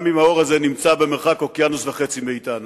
גם אם האור הזה נמצא במרחק אוקיינוס וחצי מאתנו.